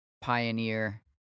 pioneer